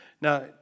Now